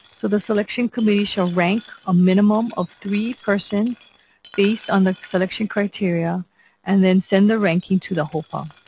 so the selection committee shall rank a minimum of three persons based on the selection criteria and then send the ranking to the hopa.